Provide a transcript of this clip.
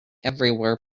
everywhere